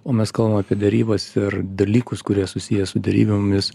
o mes kalbam apie derybas ir dalykus kurie susiję su derybomis